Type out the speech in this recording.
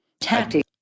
tactic